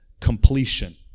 Completion